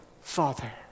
father